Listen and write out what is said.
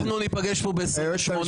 אנחנו ניפגש כאן בשעה